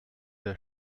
der